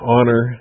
Honor